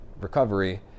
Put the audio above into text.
recovery